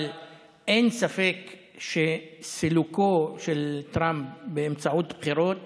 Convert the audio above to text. אבל אין ספק שסילוקו של טראמפ באמצעות בחירות